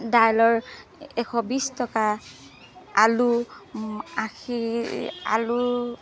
দাইলৰ এশ বিশ টকা আলু আশী আলু